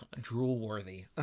drool-worthy